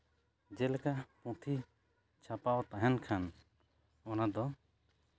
ᱡᱮᱞᱮᱠᱟ ᱯᱩᱛᱷᱤ ᱪᱷᱟᱯᱟᱣ ᱛᱟᱦᱮᱱ ᱠᱷᱟᱱ ᱚᱱᱟ ᱫᱚ